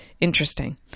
interesting